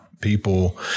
people